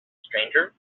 stranger